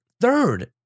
third